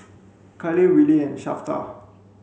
Kyleigh Wiley and Shafter